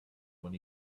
when